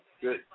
Good